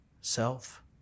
self